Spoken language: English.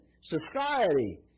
society